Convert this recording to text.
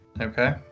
Okay